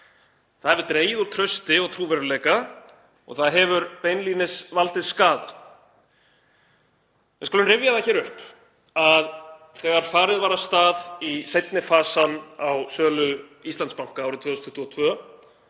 Það hefur dregið úr trausti og trúverðugleika og það hefur beinlínis valdið skaða. Við skulum rifja það upp að þegar farið var af stað í seinni fasann á sölu Íslandsbanka árið 2022